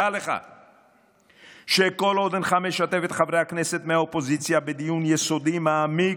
דע לך שכל עוד אינך משתף את חברי הכנסת מהאופוזיציה בדיון יסודי ומעמיק,